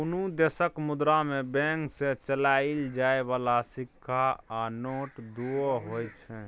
कुनु देशक मुद्रा मे बैंक सँ चलाएल जाइ बला सिक्का आ नोट दुओ होइ छै